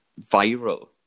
viral